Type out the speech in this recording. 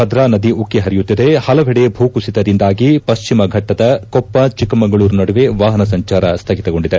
ಭದ್ರಾ ನದಿ ಉಕ್ಕೆ ಪರಿಯುತ್ತಿದೆ ಪಲವೆಡೆ ಭೂಕುಸಿತದಿಂದಾಗಿ ಪಶ್ಚಿಮ ಘಟ್ಟದ ಕೊಪ್ಪ ಚಿಕ್ಕಮಗಳೂರು ನಡುವೆ ವಾಹನ ಸಂಚಾರ ಸ್ವಗಿತಗೊಂಡಿದೆ